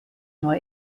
neu